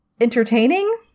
entertaining